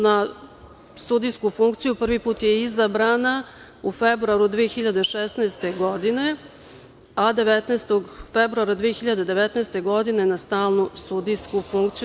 Na sudijsku funkciju prvi put je izabrana u februaru 2016. godine, a 19. februara 2019. godine, na stalnu sudijsku funkciju.